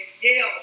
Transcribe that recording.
Yale